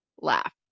laugh